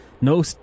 no